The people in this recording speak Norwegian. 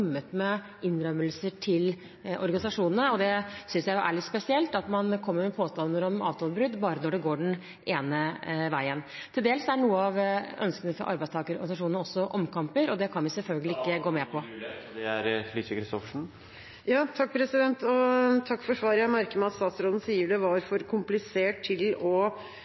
med innrømmelser til organisasjonene. Jeg synes det er litt spesielt at man kommer med påstander om avtalebrudd bare når det går den ene veien. Til dels er noe ønskelig fra arbeidstakerorganisasjonene, også omkamper, og det kan vi selvfølgelig ikke gå med på. Takk for svaret. Jeg merker meg at statsråden sier det var for komplisert til